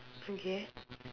okay